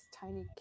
tiny